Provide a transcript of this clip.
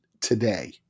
today